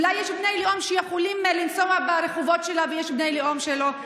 אולי יש בני לאום שיכולים לנסוע ברחובות שלה ויש בני לאום שלא?